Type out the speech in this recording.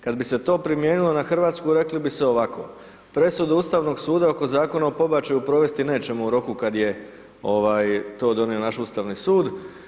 Kad bi se to primijenilo na RH rekli bi se ovako, presudu Ustavnog suda oko Zakona o pobačaju provesti nećemo u roku kada je to donio naš Ustavni sud.